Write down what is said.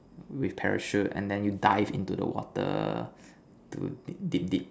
with parachute and then you dive into the water to deep deep